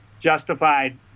justified